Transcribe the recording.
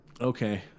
Okay